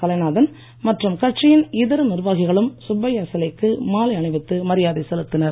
கலைநாதன் மற்றும் கட்சியின் இதர நிர்வாகிகளும் சுப்பையா சிலைக்கு மாலை அணிவித்து மரியாதை செலுத்தினர்